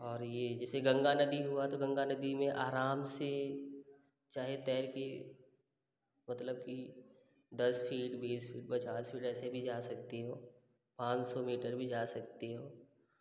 और ये जेसे गंगा नदी हुआ तो गंगा नदी में आराम से चाहे तैरके मतलब कि दस फ़ीट बीस फ़ीट पचास फ़ीट ऐसे भी जा सकते हो पाँच सौ मीटर भी जा सकते हो